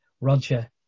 Roger